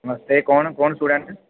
नमस्ते कौन कौन स्टूडेंट